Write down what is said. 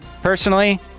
personally